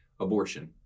abortion